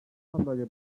sandalye